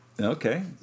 Okay